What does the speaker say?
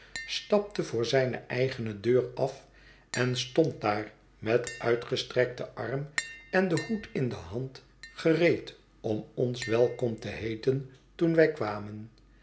stapte voor zijne eigene deur af en stond daar met uitgestrekten arm en den hoed in de hand gereed om ons welkom te heeten toen wij kwamen